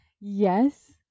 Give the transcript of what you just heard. yes